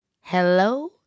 Hello